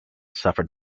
suffered